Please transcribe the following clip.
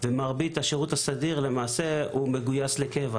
ומרבית השירות הסדיר מגויס לקבע.